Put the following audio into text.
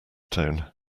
tone